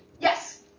Yes